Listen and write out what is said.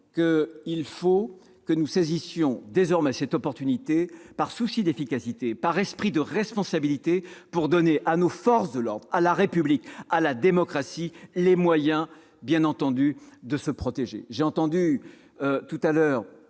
qu'il faut que nous saisissions cette occasion, par souci d'efficacité, par esprit de responsabilité, pour donner à nos forces de l'ordre, à la République, à la démocratie, les moyens de se protéger. J'ai entendu Patrick